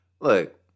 look